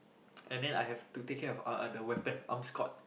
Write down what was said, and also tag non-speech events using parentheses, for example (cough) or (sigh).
(noise) and then I have to take care of ah uh the weapon armskote